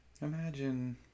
Imagine